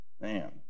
Man